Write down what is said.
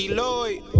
Lloyd